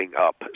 up